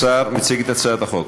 השר מציג את הצעת החוק.